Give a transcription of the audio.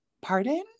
pardon